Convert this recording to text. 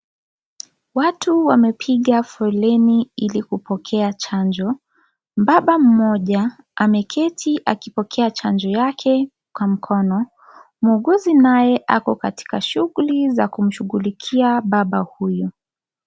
Watu wamepiga foleni ili kupokea chanjo mbaba mmoja ameketi akipokea chanjo kwa mkono muuguzi nayo ako katika shughuli za kushughulikia mbaba huyo .